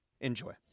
Enjoy